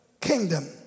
kingdom